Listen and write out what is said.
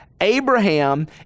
Abraham